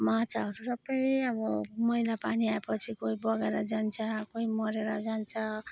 माछाहरू सबै अब मैला पानी आएपछि कोही बगेर जान्छ कोही मरेर जान्छ